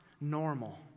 normal